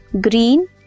green